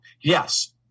Yes